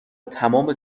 تمام